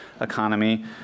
economy